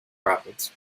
profits